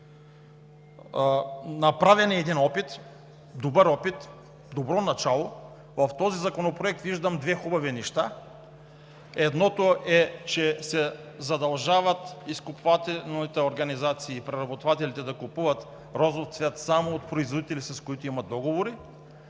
Направен е един опит, добър опит, добро начало. В този законопроект виждам две хубави неща. Едното е, че се задължават изкупвателните организации и преработвателите да купуват розов цвят само от производители, с които имат договори.